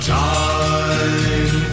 time